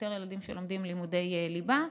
יותר ילדים שלומדים לימודי ליבה.